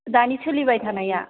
दानि सोलिबाय थानाया